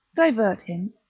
divert him,